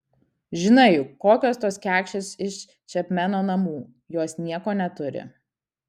žinai juk kokios tos kekšės iš čepmeno namų jos nieko neturi